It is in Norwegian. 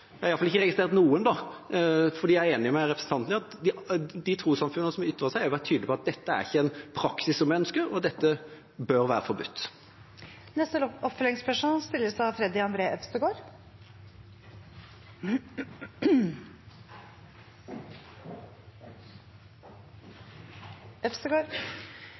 Jeg er glad for at debatten har vist, og jeg er enig med representanten i, at de trossamfunnene som har ytret seg, har vært tydelige på at dette ikke er en praksis en ønsker – jeg har i alle fall ikke registrert noen – og at dette bør være forbudt. Freddy André Øvstegård